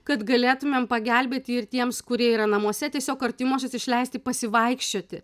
kad galėtumėm pagelbėti ir tiems kurie yra namuose tiesiog artimuosius išleisti pasivaikščioti